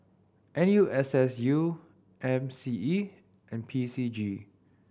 N U S S U M C E and P C G